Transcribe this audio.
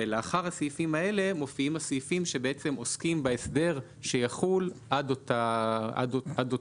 ולאחר הסעיפים האלה מופיעים הסעיפים שעוסקים בהסדר שיחול עד אותו מועד.